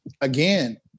again